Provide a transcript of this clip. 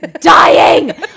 dying